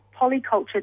Polyculture